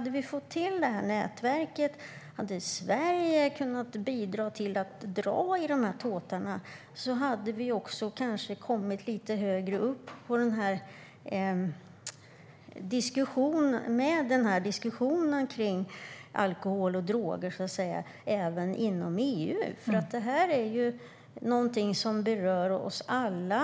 hade fått till det här nätverket och om Sverige hade kunnat bidra till att dra i de här tåtarna tror jag att vi kanske hade kommit lite högre upp med den här diskussionen om alkohol och droger - även inom EU. Detta är nämligen någonting som berör oss alla.